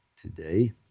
today